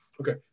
Okay